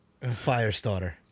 Firestarter